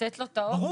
ולתת לו את האופציה.